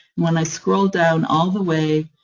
when i scroll down all the way,